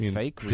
fake